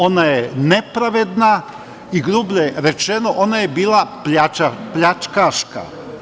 Ona je nepravedna i, grublje rečeno, ona je bila pljačkaška.